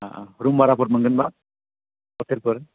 ओ ओ रुम भाराफोर मोनगोनबा हटेलफोर